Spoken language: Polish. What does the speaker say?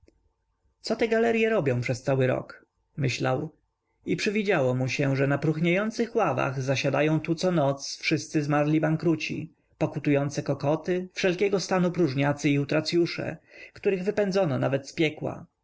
co te galerye robią przez cały rok myślał i przywidziało mu się że na pruchniejących ławach zasiadają tu co noc wszyscy zmarli bankruci pokutujące kokoty wszelkiego stanu próżniacy i utracyusze których wypędzono nawet z piekła